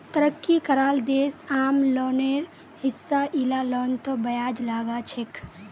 तरक्की कराल देश आम लोनेर हिसा इला लोनतों ब्याज लगाछेक